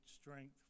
strength